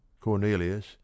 Cornelius